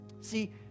See